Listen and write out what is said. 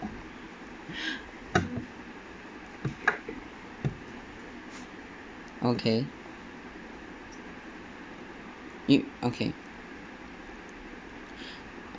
okay you okay